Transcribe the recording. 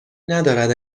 ندارد